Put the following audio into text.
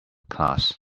class